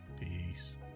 Peace